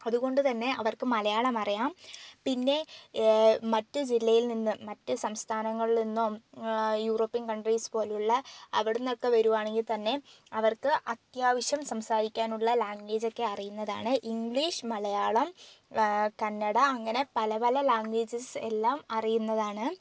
അതുകൊണ്ട് തന്നെ അവർക്ക് മലയാളം അറിയാം പിന്നെ മറ്റ് ജില്ലയിൽ നിന്ന് മറ്റ് സംസ്ഥാനങ്ങളിൽ നിന്നോ യൂറോപ്യൻ കൺട്രീസ് പോലുള്ള അവിടെ നിന്നൊക്കെ വരികയാണെങ്കിൽ തന്നെ അവർക്ക് അത്യാവശ്യം സംസാരിക്കാനുള്ള ലാംഗ്വേജൊക്കെ അറിയുന്നതാണ് ഇംഗ്ലീഷ് മലയാളം കന്നട അങ്ങനെ പല പല ലാംഗ്വേജസ് എല്ലാം അറിയുന്നതാണ്